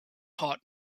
hot